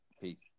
Peace